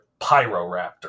Pyroraptor